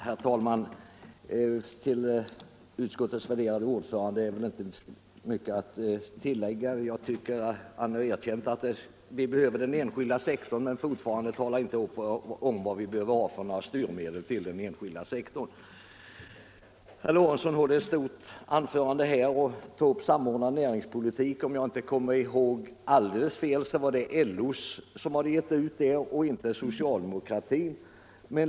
Herr talman! Till utskottets värderade ordförande är väl inte mycket att tillägga. Han har sagt att vi behöver den enskilda sektorn, men han talar inte om vilka styrmedel vi skall ha för denna sektor. Herr Lorentzon höll ett stort anförande och tog upp programmet ”Samordnad näringspolitik”. Om jag inte minns alldeles fel var det LO och inte det socialdemokratiska partiet som gav ut det programmet.